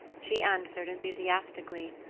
she answered enthusiastically.